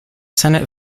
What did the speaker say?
senate